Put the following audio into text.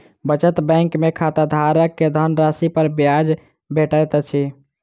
बचत बैंक में खाताधारक के धनराशि पर ब्याज भेटैत अछि